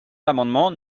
l’amendement